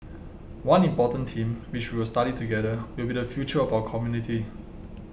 one important theme which we will study together will be the future of our community